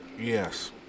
Yes